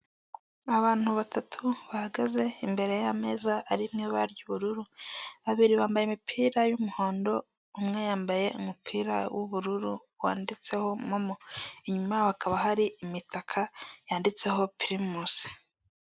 Abantu batatu bahagaze imbere y'ameza arimo ibara ry'ubururu babiri bambaye imipira y'umuhondo, umwe yambaye umupira w'ubururu wanditseho momo, inyuma hakaba hari imitaka yanditseho pirimusi.